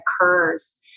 occurs